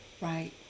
Right